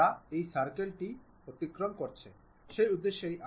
এখন আসুন minus 5 mm জাতীয় কিছু দিই